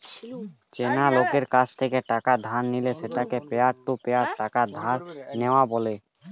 চেনা লোকের কাছ থেকে টাকা ধার নিলে সেটাকে পিয়ার টু পিয়ার টাকা ধার নেওয়া বলে